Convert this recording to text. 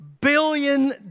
billion